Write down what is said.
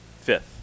fifth